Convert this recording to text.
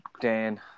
Dan